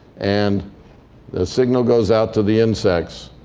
and the signal goes out to the insects,